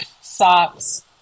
socks